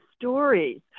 stories